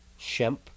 Shemp